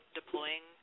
deploying –